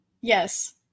Yes